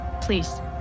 please